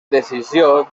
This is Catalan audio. decisió